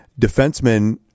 defensemen